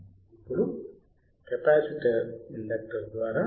ఇప్పుడు capacitor inductor ద్వారా